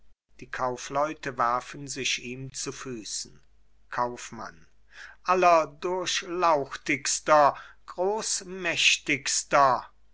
die kaufleute werfen sich ihm zu füßen kaufmann allerdurchlauchtigster großmächtigster